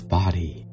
body